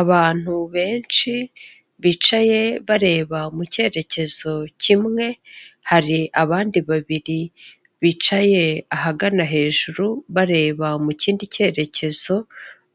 Abantu benshi bicaye bareba mu cyerekezo kimwe, hari abandi babiri bicaye ahagana hejuru bareba mu kindi cyerekezo,